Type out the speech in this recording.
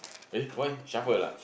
eh why shuffle ah